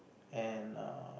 and err